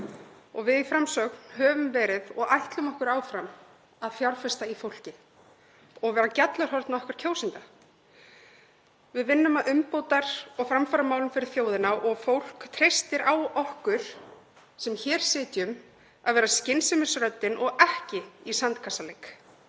og við í Framsókn höfum og ætlum okkur áfram að fjárfesta í fólki og vera gjallarhorn okkar kjósenda. Við vinnum að umbóta- og framfaramálum fyrir þjóðina og fólk treystir á okkur sem hér sitjum að vera skynsemisröddin og ekki í sandkassaleik: